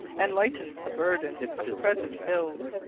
and lightens the burden of present ills.